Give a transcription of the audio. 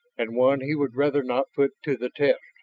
and one he would rather not put to the test.